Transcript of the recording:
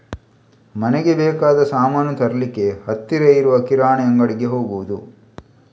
ಮನೆಗೆ ಬೇಕಾದ ಸಾಮಾನು ತರ್ಲಿಕ್ಕೆ ಹತ್ತಿರ ಇರುವ ಕಿರಾಣಿ ಅಂಗಡಿಗೆ ಹೋಗುದು